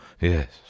yes